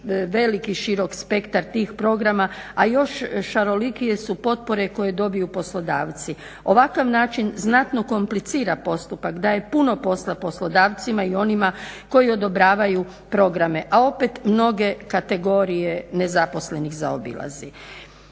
velik i širok spektar tih programa, a još šarolikije su potpore koje dobiju poslodavci. Ovakav način znatno komplicira postupak, daje puno posla poslodavcima i onima koji odobravaju programe, a opet mnoge kategorije nezaposlenih zaobilazi.